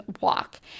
walk